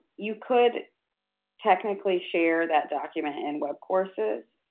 you could technically share that document in webcourses